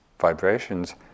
vibrations